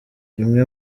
imwe